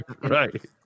Right